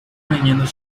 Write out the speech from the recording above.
meninos